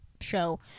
show